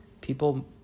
People